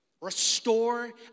Restore